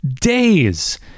days